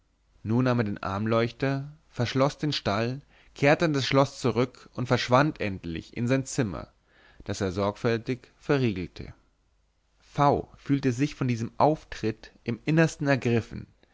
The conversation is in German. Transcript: nun nahm er den armleuchter verschloß den stall kehrte in das schloß zurück und verschwand endlich in sein zimmer das er sorgfältig verriegelte v fühlte sich von diesem auftritt im innerstein ergriffen